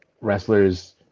wrestlers